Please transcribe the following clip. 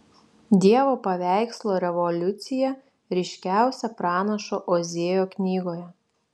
dievo paveikslo revoliucija ryškiausia pranašo ozėjo knygoje